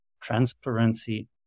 transparency